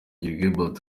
gilbert